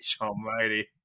Almighty